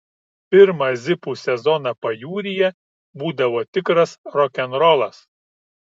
pirmą zipų sezoną pajūryje būdavo tikras rokenrolas